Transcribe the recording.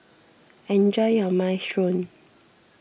enjoy your Minestrone